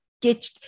get